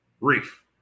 Reef